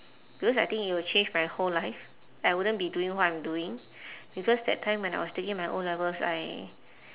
because I think it will change my whole life like I wouldn't be doing what I'm doing because that time when I was taking my O-levels I